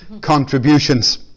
contributions